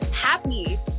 happy